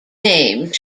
name